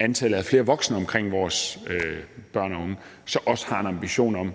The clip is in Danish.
antallet af voksne omkring vores børn og unge, også har en ambition om,